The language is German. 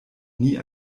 nie